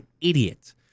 idiot